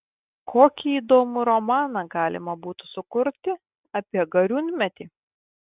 kokį įdomų romaną galima būtų sukurti apie gariūnmetį